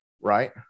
Right